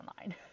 online